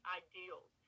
ideals